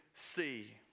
see